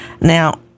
Now